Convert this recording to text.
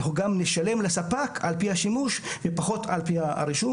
אנחנו גם נשלם לספק על פי השימוש ופחות על פי הרישום.